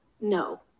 no